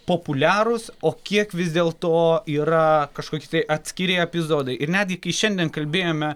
populiarūs o kiek vis dėl to yra kažkokie tai atskiri epizodai ir netgi kai šiandien kalbėjome